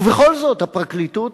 ובכל זאת, הפרקליטות